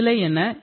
வெப்ப நிலை என்ன